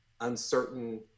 uncertain